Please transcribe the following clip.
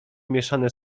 mieszane